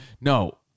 No